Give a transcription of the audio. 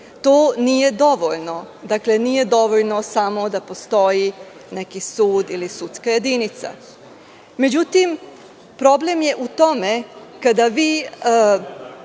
To nije dovoljno. Dakle, nije dovoljno samo da postoji neki sud ili sudska jedinica. Međutim, problem je u tome, kada vi